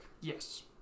Yes